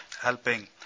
helping